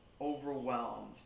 overwhelmed